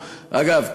אגב,